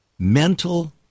mental